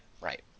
right